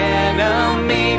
enemy